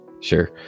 Sure